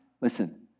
Listen